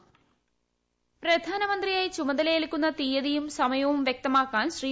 വോയ പ്രധാനമന്ത്രിയായി ചുമതലയ്ൽക്കുന്ന തീയതിയും സമയവും വ്യക്തമാക്കാൻ ശ്രീ